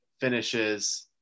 finishes